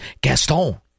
Gaston